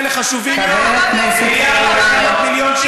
חברת הכנסת קסניה סבטלובה.